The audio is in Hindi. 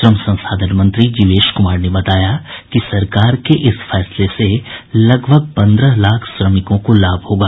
श्रम संसाधन मंत्री जीवेश कुमार ने बताया कि सरकार के इस फैसले से लगभग पन्द्रह लाख श्रमिकों को लाभ होगा